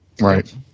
Right